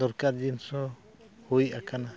ᱫᱚᱨᱠᱟᱨ ᱡᱤᱱᱤᱥ ᱦᱚᱸ ᱦᱩᱭ ᱟᱠᱟᱱᱟ